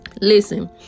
listen